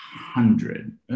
hundred